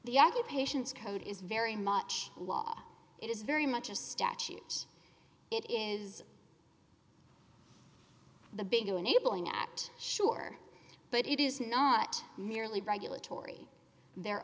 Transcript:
the occupations code is very much a law it is very much a statute it is the big enabling act sure but it is not merely bagul atory there